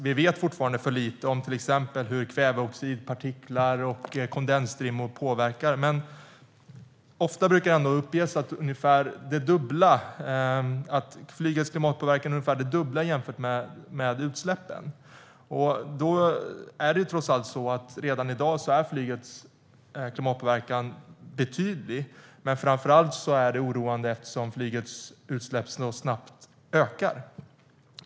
Vi vet fortfarande för lite om till exempel hur kväveoxidpartiklar och kondensstrimmor påverkar. Ofta brukar det ändå uppges att flygets klimatpåverkan är ungefär det dubbla jämfört med utsläppen. Redan i dag är flygets klimatpåverkan betydlig, men det som framför allt är oroande är att flygets utsläpp ökar så snabbt.